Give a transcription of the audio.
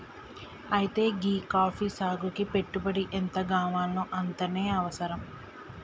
అయితే గీ కాఫీ సాగుకి పెట్టుబడి ఎంతగావాల్నో అంతనే అవసరం